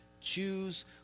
Choose